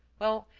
well,